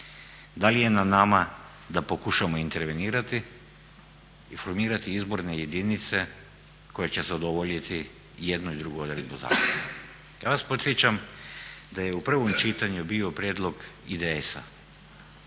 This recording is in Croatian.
da li je na nama da pokušamo intervenirati i formirati izborne jedinice koje će zadovoljiti jednu i drugu odredbu zakona? Ja vas podsjećam da je u prvom čitanju bio prijedlog IDS-a